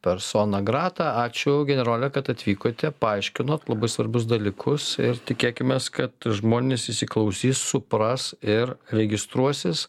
persona grata ačiū generole kad atvykote paaiškinot labai svarbius dalykus ir tikėkimės kad žmonės įsiklausys supras ir registruosis